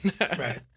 Right